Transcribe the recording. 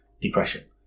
depression